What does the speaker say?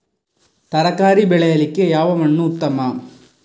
ತರಕಾರಿ ಬೆಳೆಯಲಿಕ್ಕೆ ಯಾವ ಮಣ್ಣು ಉತ್ತಮ?